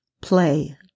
play